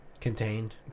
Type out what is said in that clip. Contained